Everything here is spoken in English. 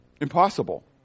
Impossible